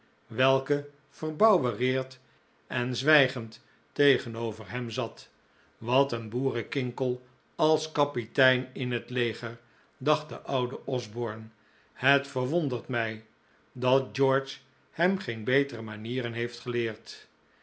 welke verbouwereerd en zwijgend tegenover hem zat wat een boerenkinkel als kapitein in het leger dacht de oude osborne het verwondert mij dat george hem geen betere manieren heeft geleerd